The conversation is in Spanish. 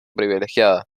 privilegiada